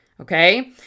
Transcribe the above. Okay